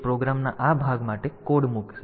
તેથી તે પ્રોગ્રામના આ ભાગ માટે કોડ મૂકશે